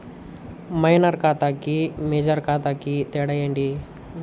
Minor ఖాతా కి major ఖాతా కి తేడా ఏంటి?